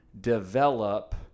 develop